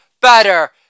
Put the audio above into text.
better